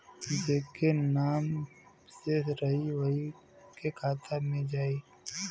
जेके नाम से रही वही के खाता मे जाई